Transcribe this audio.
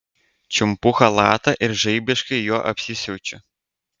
čiumpu chalatą ir žaibiškai juo apsisiaučiu